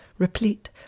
replete